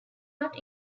not